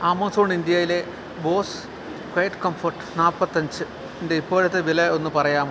Amazon ഇന്ത്യയിലെ Bose QuietComfort നാൽപ്പത്തി അഞ്ചിൻ്റെ ഇപ്പോഴത്തെ വില ഒന്ന് പറയാമോ